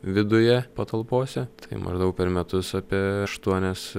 viduje patalpose tai maždaug per metus apie aštuonias